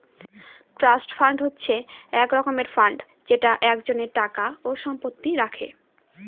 trust fund হচ্ছে এক রকমের ফান্ড যেটা একজনের টাকা ও সম্পত্তি রাখে